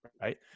right